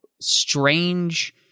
strange